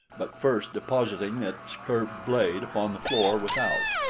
but first depositing its curved blade upon the floor without.